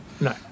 No